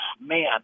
man